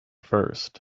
first